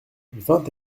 vingt